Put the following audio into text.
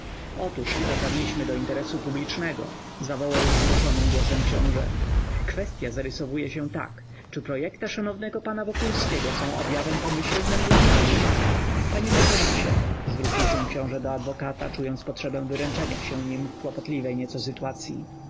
otóż i dotarliśmy do interesu publicznego zawołał wzruszonym głosem książe kwestya zarysowuje się tak czy projekta szanownego pana wokulskiego są objawem pomyślnym dla kraju panie mecenasie zwrócił się książe do adwokata czując potrzebę wyręczenia się nim w kłopotliwej nieco sytuacyi